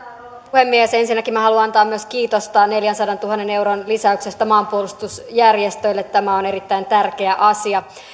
puhemies ensinnäkin minä haluan antaa kiitosta myös neljänsadantuhannen euron lisäyksestä maanpuolustusjärjestöille tämä on erittäin tärkeä asia